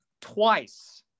twice